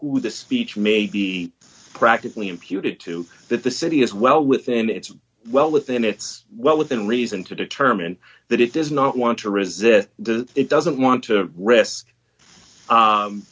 the speech may be practically imputed to that the city is well within its well within its well within reason to determine that it does not want to resist the it doesn't want to risk